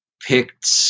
picked